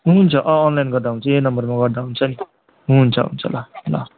हुन्छ अँ अनलाइन गर्दा हुन्छ यही नम्बरमा गर्दा हुन्छ नि हुन्छ हुन्छ ल ल